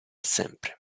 sempre